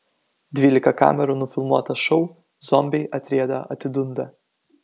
dvylika kamerų nufilmuotą šou zombiai atrieda atidunda